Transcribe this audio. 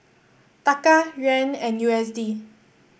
Taka Yuan and U S D